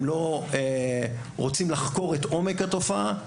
הם לא רוצים לחקור את עומק התופעה,